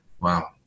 wow